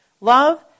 Love